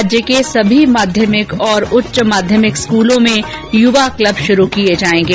राज्य में सभी माध्यमिक और उच्च माध्यमिक स्कूलों में युवा क्लब शुरू किये जायेंगे